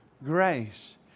Grace